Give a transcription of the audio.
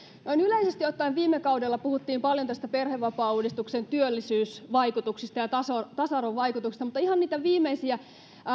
noin yleisesti ottaen viime kaudella puhuttiin paljon perhevapaauudistuksen työllisyysvaikutuksista ja tasa arvovaikutuksista mutta ihan niissä viimeisissä